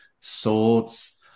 swords